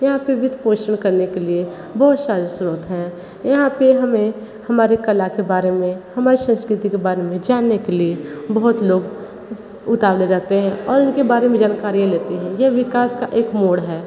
यहाँ फिर वित्त पोषण करने के लिए बहुत सारी स्रोत हैं और यहाँ पे हमें हमारे कला के बारे में हमारी संस्कृति के बारे में जानने के लिए बहुत लोग उतावले हो जाते हैं और उनके बारे में जानकारी लेते हैं ये विकास का एक मोड़ है